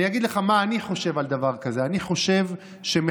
אני אגיד לך מה אני חושב על הדבר הזה.